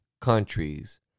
countries